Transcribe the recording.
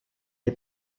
est